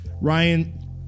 Ryan